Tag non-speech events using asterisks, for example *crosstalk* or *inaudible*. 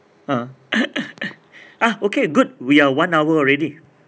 ah *laughs* ah okay good we are one hour already